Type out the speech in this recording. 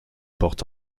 porte